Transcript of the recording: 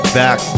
back